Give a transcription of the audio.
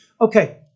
Okay